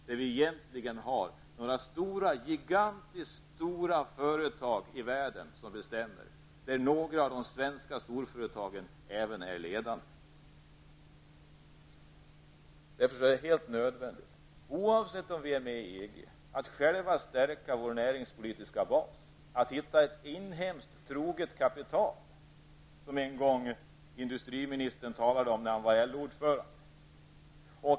Vad vi egentligen har i världen är några gigantiskt stora företag som bestämmer. Även några av de svenska storföretagen är ledande där. Det är därför helt nödvändigt, oavsett om vi är med i EG eller inte, att vi själva stärker vår näringspolitiska bas och hittar ett inhemskt, troget kapital, som industriministern en gång talade om när han var LO-ordförande.